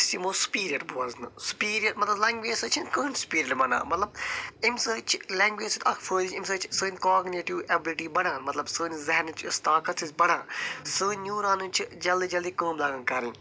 أسۍ یِمو سُپیٖریر بوزنہٕ سُپیٖریر مطلب لینٛگویج سۭتۍ چھُ نہٕ کہیٖنٛۍ سُپیٖریر بنان مطلب اَمہِ سۭتۍ چھِ لینٛگویج سۭتۍ اکھ فٲٮ۪دٕ اَمہِ سۭتۍ چھِ سٲنۍ کاگنیٹِو ایبُلٹی بڈان مطلب سٲنِس ذہنٕچ یۄس طاقت چھِ بڈان سٲنۍ نیٛوٗرانٕز چھِ جلدی جلدی کٲم لاگان کَرٕنۍ